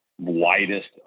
widest